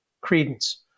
credence